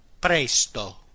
PRESTO